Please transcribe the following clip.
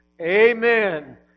Amen